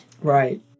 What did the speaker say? Right